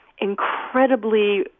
incredibly